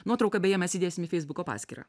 nuotrauką beje mes įdėsime į feisbuko paskyrą